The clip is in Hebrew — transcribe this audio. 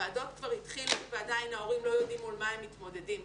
הוועדות כבר התחילו ועדיין ההורים לא יודעים מול מה הם מתמודדים.